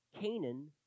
Canaan